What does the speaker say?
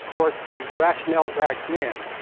course, the rationale back then,